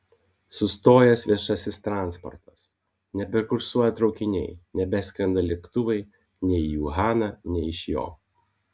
sustojęs viešasis transportas nebekursuoja traukiniai nebeskrenda lėktuvai nei į uhaną nei iš jo